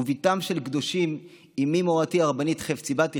ובתם של קדושים, אימי מורתי הרבנית חפציבה שתחיה,